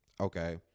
Okay